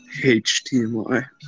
HDMI